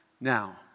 Now